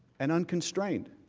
and unconstrained.